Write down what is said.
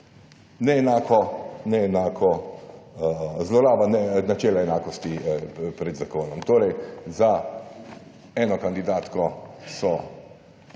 pa neenaka zloraba načela enakosti pred zakonom. Torej, za eno kandidatko so